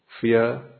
Fear